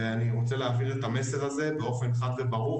ואני רוצה להעביר את המסר הזה באופן חד וברור,